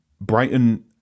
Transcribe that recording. Brighton